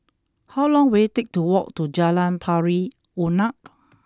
how long will it take to walk to Jalan Pari Unak